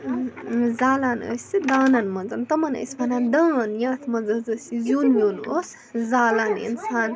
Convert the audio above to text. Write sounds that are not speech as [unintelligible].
زالان ٲسۍ یہِ دانَن منٛز تِمَن ٲسۍ وَنان دان یَتھ منٛز [unintelligible] أسۍ یہِ زیُن ویُن اوس زالان اِنسان